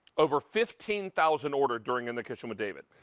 over fifteen thousand ordered during in the kitchen with david.